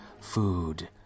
food